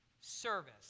service